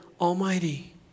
Almighty